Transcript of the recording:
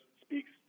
speaks